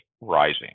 rising